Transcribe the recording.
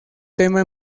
tema